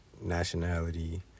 nationality